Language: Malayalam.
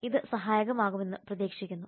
ഇത് സഹായകരമാണെന്ന് ഞാൻ പ്രതീക്ഷിക്കുന്നു